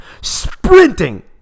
sprinting